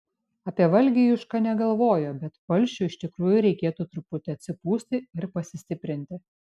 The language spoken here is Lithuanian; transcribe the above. apie valgį juška negalvojo bet palšiui iš tikrųjų reikėtų truputį atsipūsti ir pasistiprinti